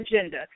agenda